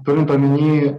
turint omeny